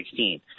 2016